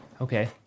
Okay